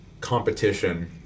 competition